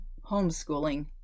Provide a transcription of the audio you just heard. homeschooling